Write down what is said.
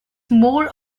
more